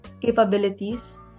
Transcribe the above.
capabilities